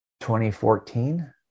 2014